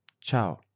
Ciao